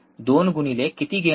2 गुणिले किती गेन आहे